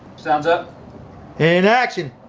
sound up and action